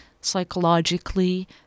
psychologically